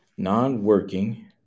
Non-working